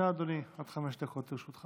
בבקשה, אדוני, עד חמש דקות לרשותך.